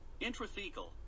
Intrathecal